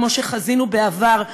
כמו שחזינו בעבר,